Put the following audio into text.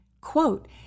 quote